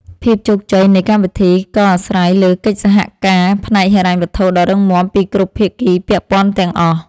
ភាពជោគជ័យនៃកម្មវិធីក៏អាស្រ័យលើកិច្ចសហការផ្នែកហិរញ្ញវត្ថុដ៏រឹងមាំពីគ្រប់ភាគីពាក់ព័ន្ធទាំងអស់។